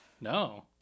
No